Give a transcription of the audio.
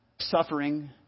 suffering